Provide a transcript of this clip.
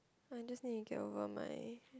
I just need to get over my